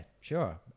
sure